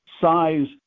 size